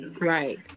right